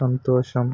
సంతోషం